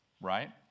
right